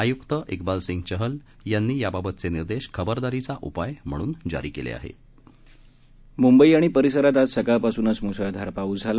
आयुक्त इक्बालसिंग चहल यांनी याबाबतच पिर्देश खबरदारीचा उपाय म्हणून जारी क्लिखाहत्त् मुंबई आणि परिसरात आज सकाळपासून मुसळधार पाऊस झाला